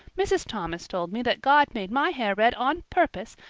mrs. thomas told me that god made my hair red on purpose,